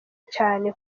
cane